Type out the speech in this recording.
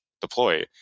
deploy